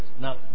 Now